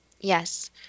Yes